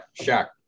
Shaq